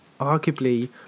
arguably